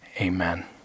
Amen